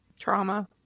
Trauma